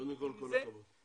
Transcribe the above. קודם כל כל הכבוד.